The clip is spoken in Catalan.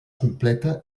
completa